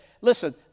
Listen